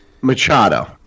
Machado